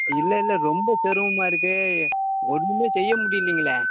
இல்லை இல்லை ரொம்ப சிரமமாக இருக்குது ஒன்றுமே செய்ய முடியலிங்களே